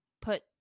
put